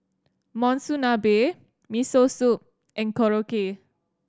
Monsunabe Miso Soup and Korokke